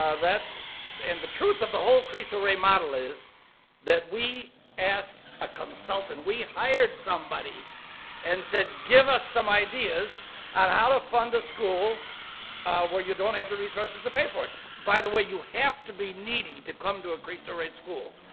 ah that and the truth in the whole christo rey model is that we asked a consultant, we hired somebody and said give us some ideas on how to fund a school where you don't have the resources to pay for it. by the way, you have to be needy to come to a christo rey school.